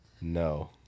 No